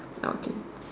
okay